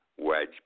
wedge